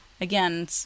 again